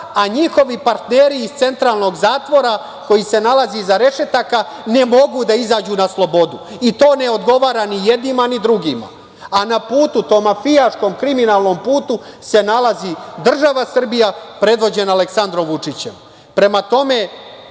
a njihovi partneri iz Centralnog zatvora, koji se nalaze iza rešetaka, ne mogu da izađu na slobodu i to ne odgovara ni jednima, ni drugima. Na putu tom mafijaškom, kriminalnom putu se nalazi država Srbija predvođena Aleksandrom Vučićem. Prema